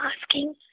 asking